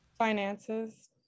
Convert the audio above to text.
finances